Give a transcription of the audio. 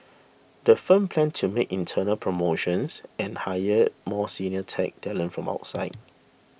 the firm plans to make internal promotions and hire more senior tech talent from outside